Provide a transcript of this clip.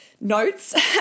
notes